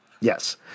Yes